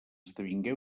esdevingué